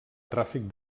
tràfic